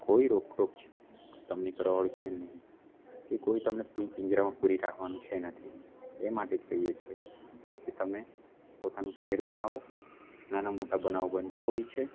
કોઈ રોક ટોક જ તમને કરવા વાળું છે નહીં કે કોઈ તમને પિંજરામાં પૂરી રાખવાનું છે નથી એ માટે જ કહીએ છીએ કે તમે પોતાનું કરિયર બનાવો નાના મોટા બનાવ બનતા હોય છે